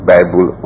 Bible